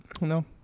No